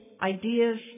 ideas